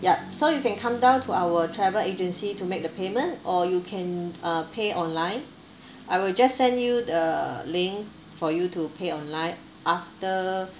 yup so you can come down to our travel agency to make the payment or you can uh pay online I will just send you the link for you to pay online after